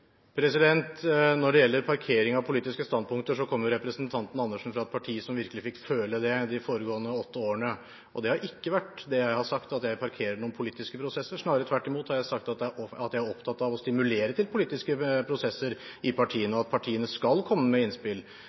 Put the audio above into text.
Når det gjelder parkering av politiske standpunkter, kommer representanten Andersen fra et parti som virkelig fikk føle det de foregående åtte årene. Det har ikke vært det jeg har sagt, at jeg parkerer noen politiske prosesser – snarere tvert imot har jeg sagt at jeg er opptatt av å stimulere til politiske prosesser i partiene, og at partiene skal komme med innspill.